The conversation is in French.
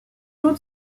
doute